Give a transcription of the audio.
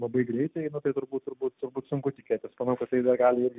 labai greitai nu tai turbūt turbūt turbūt sunku tikėtis manau kad tai dar gali irgi